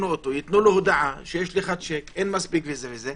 ייתנו לו הודעה: יש לך שיק, אין מספיק וכו' וכו',